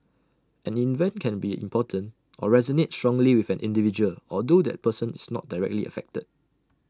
an event can be important or resonate strongly with an individual although that person is not directly affected